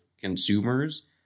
consumers